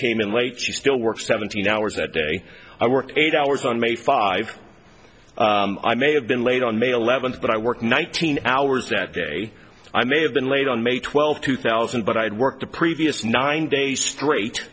came in late she still works seventeen hours a day i work eight hours on may five i may have been late on may eleventh but i work nineteen hours that day i may have been late on may twelfth two thousand but i had worked the previous nine days straight